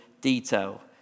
detail